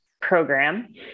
program